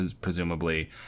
presumably